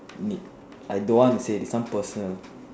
nip I don't want to say this one personal